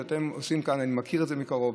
ואני מכיר את זה מקרוב.